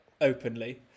openly